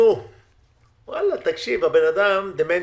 האדם דמנטי,